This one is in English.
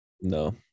No